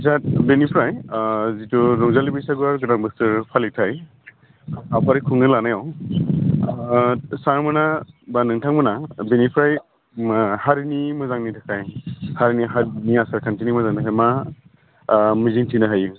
आदसा बेनिफ्राय जिथु रंजालि बैसागुआ गोदान बोसोर फालिथाय हाबाफारि खुंनो लानायाव सारमोनहा बा नोंथांमोनहा बिनिफ्राय हारिनि मोजांनि थाखाय हारिनि हारिनि आसारखान्थिनि मोजांनि थाखाय मा मिजिंथिनो हायो